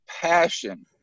passion